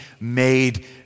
made